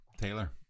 Taylor